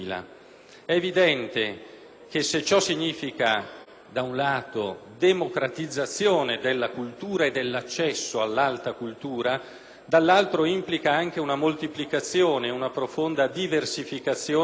che se ciò significa da un lato democratizzazione della cultura e dell'accesso all'alta cultura, dall'altro implica anche una moltiplicazione e una profonda diversificazione delle richieste di formazione.